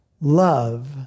Love